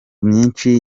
myinshi